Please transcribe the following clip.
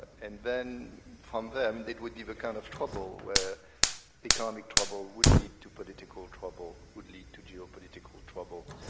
and then, from them, it would be the kind of trouble where economic trouble would lead to political trouble, would lead to geo-political trouble,